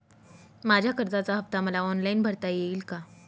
माझ्या कर्जाचा हफ्ता मला ऑनलाईन भरता येईल का?